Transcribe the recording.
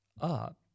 up